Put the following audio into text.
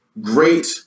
great